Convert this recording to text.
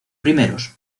primeros